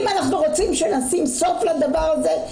אם אנחנו רוצים שנשים סוף לדבר הזה,